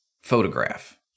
Photograph